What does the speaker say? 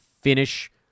finish